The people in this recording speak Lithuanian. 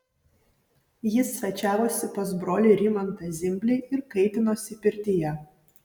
jis svečiavosi pas brolį rimantą zimblį ir kaitinosi pirtyje